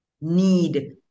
need